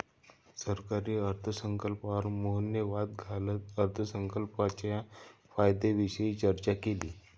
सरकारी अर्थसंकल्पावर मोहनने वाद घालत अर्थसंकल्पाच्या फायद्यांविषयी चर्चा केली